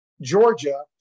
Georgia